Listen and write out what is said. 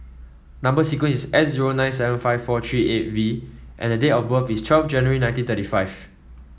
number sequence is S zero nine seven five four three eight V and date of birth is twelve January nineteen thirty five